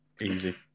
easy